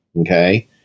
okay